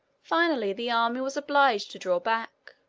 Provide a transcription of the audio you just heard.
finally, the army was obliged to draw back,